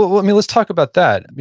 but well yeah let's talk about that,